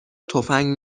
تفنگ